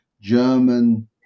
German